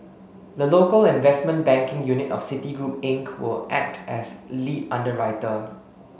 the local investment banking unit of Citigroup Inc will act as lead underwriter